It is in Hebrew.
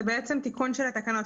זה תיקון של התקנות.